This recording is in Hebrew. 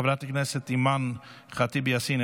חברת הכנסת אימאן ח'טיב יאסין,